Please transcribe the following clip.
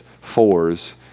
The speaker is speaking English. fours